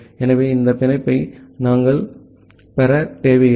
ஆகவே இந்த இணைப்பை நாங்கள் பெற தேவையில்லை